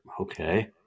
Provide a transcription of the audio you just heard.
okay